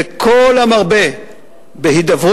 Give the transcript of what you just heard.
וכל המרבה בהידברות,